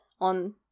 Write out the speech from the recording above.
on